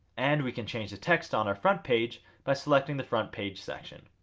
and we can change the text on our frontpage by selecting the frontpage section.